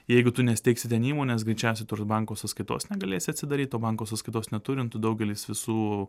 jeigu tu nesteigsi ten įmonės greičiausiai tu ir banko sąskaitos negalėsi atsidaryt o banko sąskaitos neturint daugelis visų